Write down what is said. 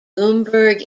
bloomberg